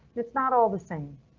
it's not all the same.